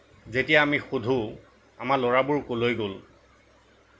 যেতিয়া আমি সুধো আমাৰ ল'ৰাবোৰ ক'লৈ গ'ল